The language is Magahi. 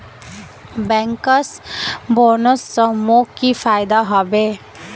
बैंकर्स बोनस स मोक की फयदा हबे